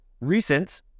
recent